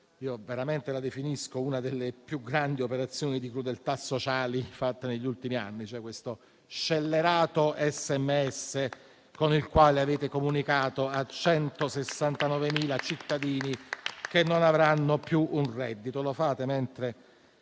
Veramente la definisco una delle più grandi operazioni di crudeltà sociale fatta negli ultimi anni: lo scellerato SMS con il quale avete comunicato a 169.000 cittadini che non avranno più un reddito.